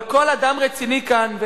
אבל כל אדם רציני כאן,